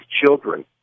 children